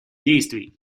действий